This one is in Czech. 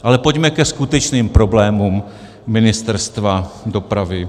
Ale pojďme ke skutečným problémům Ministerstva dopravy.